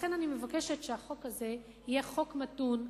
לכן אני מבקשת שהחוק הזה יהיה חוק מתון,